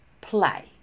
play